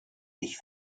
dich